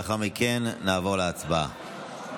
לאחר מכן נעבור להצבעה.